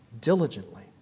diligently